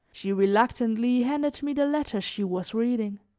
she reluctantly handed me the letters she was reading.